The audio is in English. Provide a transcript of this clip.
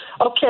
Okay